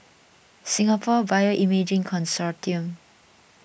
Singapore Bioimaging Consortium